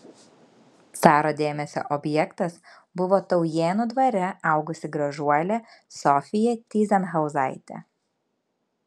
caro dėmesio objektas buvo taujėnų dvare augusi gražuolė sofija tyzenhauzaitė